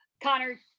Connor